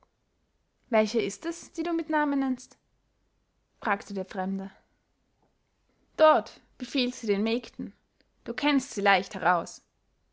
welche ist es die du mit namen nennst fragte der fremde dort befiehlt sie den mägden du kennst sie leicht heraus